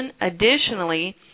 Additionally